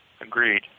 Agreed